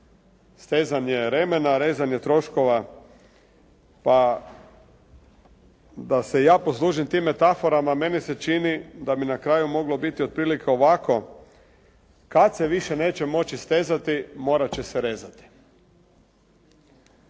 stezanje remenja, rezanje troškova. Pa da se ja poslužim tim metaforama meni se čini da bi na kraju moglo biti otprilike ovako, kada se više neće moći stezati, morati će se rezati.